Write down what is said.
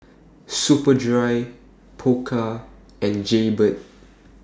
Superdry Pokka and Jaybird